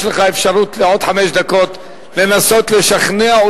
יש לך אפשרות לעוד חמש דקות לנסות לשכנע,